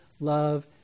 love